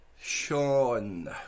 sean